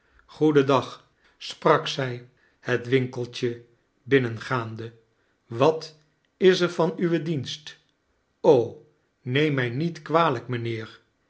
diagl sprak zij het winkeltje bdnneiigaande wat is er van uwes dienst o neem mij niet kwalijk mqnheer